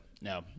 no